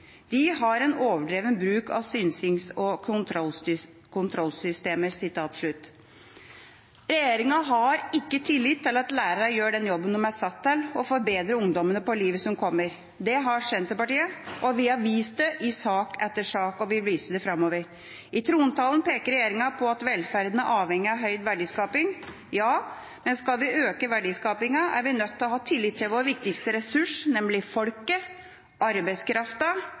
De har en overdreven bruk av styrings- og kontrollsystemer.» Regjeringa har ikke tillit til at lærerne gjør den jobben de er satt til: å forberede ungdommene på livet som kommer. Det har Senterpartiet, og vi har vist det i sak etter sak og vil vise det framover. I trontalen peker regjeringa på at velferden er avhengig av høy verdiskaping. Ja, men skal vi øke verdiskapingen, er vi nødt til å ha tillit til vår viktigste ressurs, nemlig folket,